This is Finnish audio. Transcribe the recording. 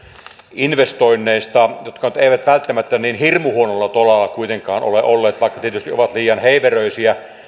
investoinneista jotka eivät välttämättä niin hirmu huonolla tolalla kuitenkaan ole olleet vaikka tietysti ovat liian heiveröisiä